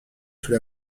sous